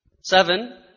Seven